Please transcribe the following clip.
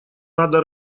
надо